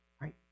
right